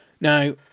Now